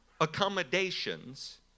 accommodations